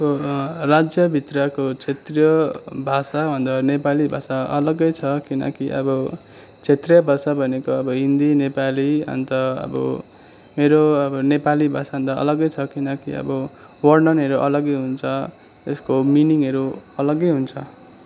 राज्यभित्रको क्षेत्रीय भाषा भन्दा नेपाली भाषा अलग्गै छ किनकि अब क्षेत्रीय भाषा भनेको अब हिन्दी नेपाली अन्त अब मेरो अब नेपाली भाषा भन्दा अलग्गै छ किन भन्दा अब वर्णनहरू अलग्गै हुन्छ यसको मिनिङहरू अलग्गै हुन्छ